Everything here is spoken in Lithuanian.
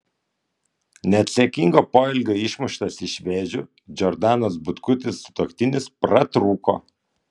neatsakingo poelgio išmuštas iš vėžių džordanos butkutės sutuoktinis pratrūko